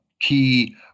key